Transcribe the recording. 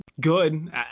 good